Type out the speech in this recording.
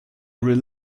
rely